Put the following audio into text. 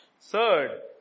Third